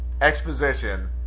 exposition